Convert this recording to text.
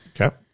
Okay